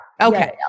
Okay